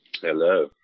Hello